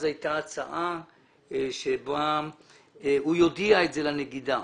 אז הייתה הצעה שהוא יודיע את זה לנגידה.